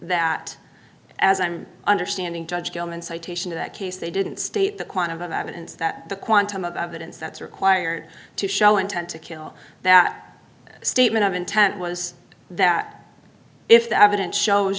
that as i'm understanding judge gellman citation in that case they didn't state the quantum of evidence that the quantum of evidence that's required to show intent to kill that statement of intent was that if the evidence shows